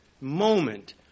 moment